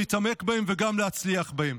להתעמק בהם וגם להצליח בהם.